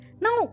Now